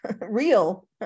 real